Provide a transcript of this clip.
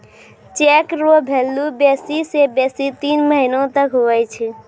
cheque रो value बेसी से बेसी तीन महीना तक हुवै छै